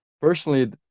Personally